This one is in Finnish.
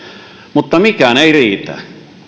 mutta mikään ei riitä